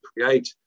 create